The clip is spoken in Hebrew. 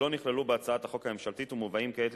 שלא נכללו בהצעת החוק הממשלתית ומובאים כעת